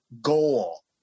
goal